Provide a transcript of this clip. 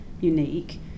unique